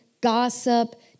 gossip